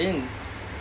spain